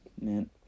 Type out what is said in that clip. Man